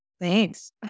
thanks